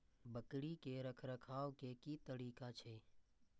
बकरी के रखरखाव के कि तरीका छै?